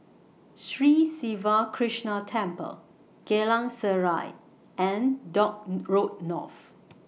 Sri Siva Krishna Temple Geylang Serai and Dock Road North